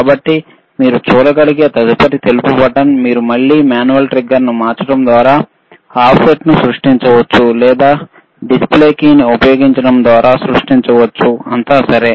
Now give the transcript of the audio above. కాబట్టి మీరు చూడగలిగే తదుపరి తెలుపు బటన్ మీరు మళ్ళీ మాన్యువల్ ట్రిగ్గర్ ను మార్చడం ద్వారా ఆఫ్సెట్ను సృష్టించవచ్చు లేదా డిస్ప్లే కీని ఉపయోగించడం ద్వారా సృష్టించవచ్చు అంతా సరే